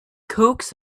coax